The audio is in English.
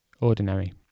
ordinary